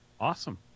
Awesome